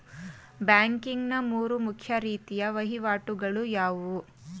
Banking ನ ಮೂರು ಮುಖ್ಯ ರೀತಿಯ ವಹಿವಾಟುಗಳು ಯಾವುವು?